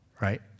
right